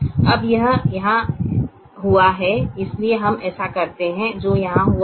अब यह यहाँ हुआ है इसलिए हम ऐसा करते हैं जो यहाँ हुआ है